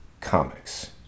comics